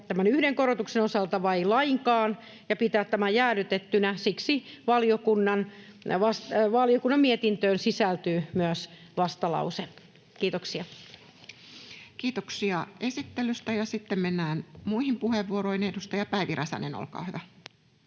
tämän yhden korotuksen osalta vai ei lainkaan ja pitää tämä jäädytettynä, valiokunnan mietintöön sisältyy myös vastalause. — Kiitoksia. Kiitoksia esittelystä. — Sitten mennään muihin puheenvuoroihin. — Edustaja Päivi Räsänen, olkaa hyvä.